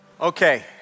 Okay